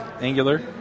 Angular